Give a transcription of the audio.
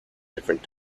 different